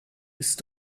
ist